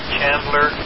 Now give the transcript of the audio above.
Chandler